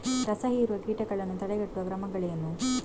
ರಸಹೀರುವ ಕೀಟಗಳನ್ನು ತಡೆಗಟ್ಟುವ ಕ್ರಮಗಳೇನು?